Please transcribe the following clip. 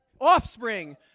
Offspring